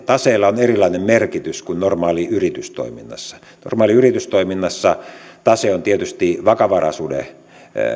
taseella on erilainen merkitys kuin normaalissa yritystoiminnassa normaalissa yritystoiminnassa tase on tietysti vakavaraisuuden